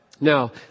Now